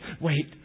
wait